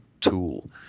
tool